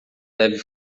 deve